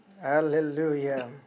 Hallelujah